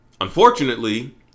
Unfortunately